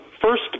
first